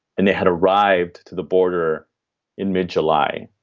and they had arrived to the border in mid-july.